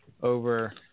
over